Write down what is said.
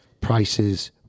prices